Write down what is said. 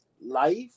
Life